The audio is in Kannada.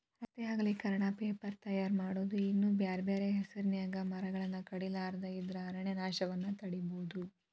ರಸ್ತೆ ಅಗಲೇಕರಣ, ಪೇಪರ್ ತಯಾರ್ ಮಾಡೋದು ಇನ್ನೂ ಬ್ಯಾರ್ಬ್ಯಾರೇ ಹೆಸರಿನ್ಯಾಗ ಮರಗಳನ್ನ ಕಡಿಲಾರದ ಇದ್ರ ಅರಣ್ಯನಾಶವನ್ನ ತಡೇಬೋದು